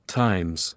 times